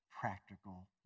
practical